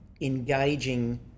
engaging